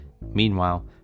Meanwhile